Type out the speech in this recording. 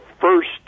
first